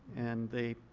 and they